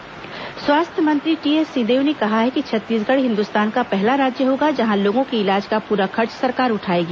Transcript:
सिंहदेव स्वास्थ्य स्वास्थ्य मंत्री टीएस सिंहदेव ने कहा है कि छत्तीसगढ़ हिन्दुस्तान का पहला राज्य होगा जहां लोगों के इलाज का पूरा खर्च सरकार उठाएगी